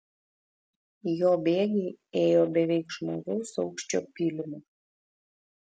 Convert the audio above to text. jo bėgiai ėjo beveik žmogaus aukščio pylimu